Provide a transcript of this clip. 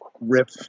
rip